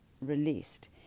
released